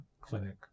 clinic